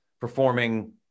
performing